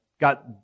Got